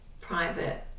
private